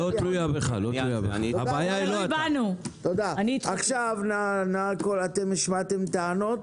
תחזירו לנו את הוועדות שלקחתם לנו.